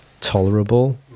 tolerable